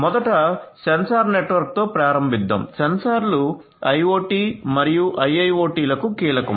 మొదట సెన్సార్ నెట్వర్క్తో ప్రారంభిద్దాం సెన్సార్లు IoT మరియు IIoT లకు కీలకం